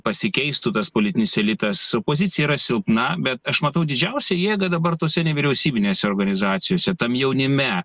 pasikeistų tas politinis elitas pozicija yra silpna bet aš matau didžiausią jėgą dabar tose nevyriausybinėse organizacijose tam jaunime